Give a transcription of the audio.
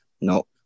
No